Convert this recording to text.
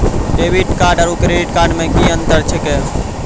Debit card आरू credit card मे कि अन्तर छैक?